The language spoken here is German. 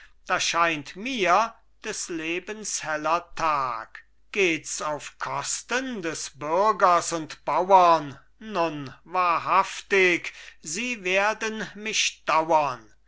da scheint mir des lebens heller tag gehts auf kosten des bürgers und bauern nun wahrhaftig sie werden mich dauern